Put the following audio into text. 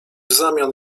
zamian